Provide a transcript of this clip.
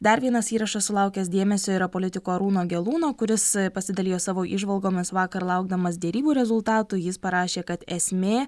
dar vienas įrašas sulaukęs dėmesio yra politiko arūno gelūno kuris pasidalijo savo įžvalgomis vakar laukdamas derybų rezultatų jis parašė kad esmė